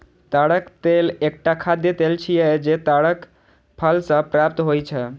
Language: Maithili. ताड़क तेल एकटा खाद्य तेल छियै, जे ताड़क फल सं प्राप्त होइ छै